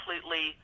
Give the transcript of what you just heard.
completely